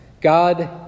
God